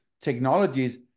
technologies